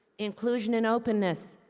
inclusion and openness,